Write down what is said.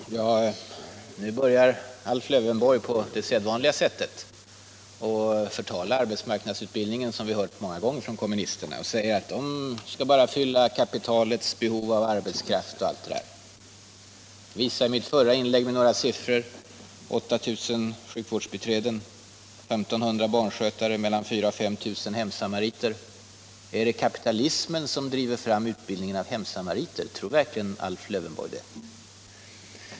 Herr talman! Nu börjar AIf Lövenborg på sedvanligt sätt att förtala arbetsmarknadsutbildningen — sådant har vi ju hört många gånger från kommunistiskt håll — genom att säga att den bara skall fylla kapitalets behov av arbetskraft osv. Jag redovisade några siffror i mitt förra inlägg: 8 000 sjukvårdsbiträden, 1500 barnskötare, 4 000-5 000 hemsamariter. Är det kapitalismen som driver fram utbildningen av t.ex. hemsamariter? Tror verkligen Alf Lövenborg det?